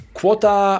Quota